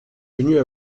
venu